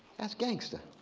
that's gangster.